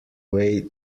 way